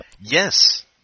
Yes